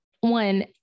one